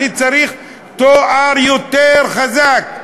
אני צריך תואר יותר חזק.